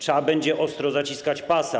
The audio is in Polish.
Trzeba będzie ostro zaciskać pasa.